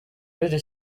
w’iri